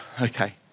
okay